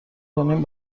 کنیم